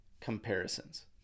comparisons